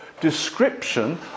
description